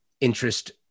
interest